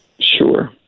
Sure